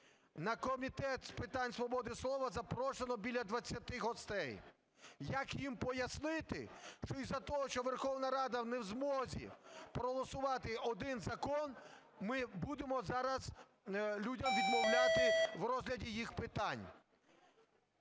На Комітет з питань свободи слова запрошено біля 20 гостей. Як їм пояснити, що із-за того, що Верховна Рада не в змозі проголосувати один закон, ми будемо зараз людям відмовляти в розгляді їх питань?